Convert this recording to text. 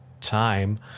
time